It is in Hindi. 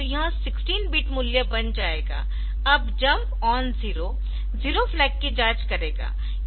तो यह 16 बिट मूल्य बन जाएगा अब jump on zero zero flag की जांच करेगा